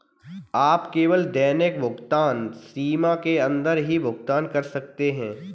आप केवल दैनिक भुगतान सीमा के अंदर ही भुगतान कर सकते है